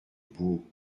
beaux